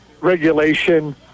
regulation